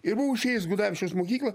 ir buvau išėjęs į gudavičiaus mokyklą